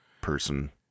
person